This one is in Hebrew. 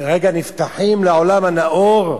כרגע נפתחים לעולם הנאור,